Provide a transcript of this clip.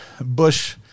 Bush